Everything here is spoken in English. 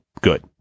good